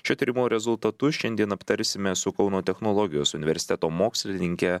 šio tyrimo rezultatus šiandien aptarsime su kauno technologijos universiteto mokslininke